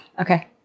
Okay